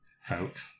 folks